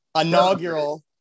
Inaugural